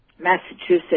massachusetts